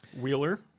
Wheeler